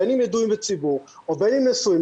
בין אם ידועים בציבור ובין אם נשואים,